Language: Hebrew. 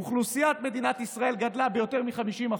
אוכלוסיית מדינת ישראל גדלה ביותר מ-50%,